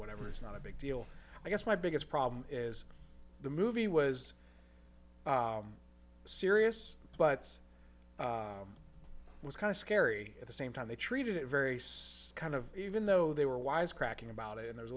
whatever is not a big deal i guess my biggest problem is the movie was serious but it was kind of scary at the same time they treated it very so kind of even though they were wisecracking about it and there's a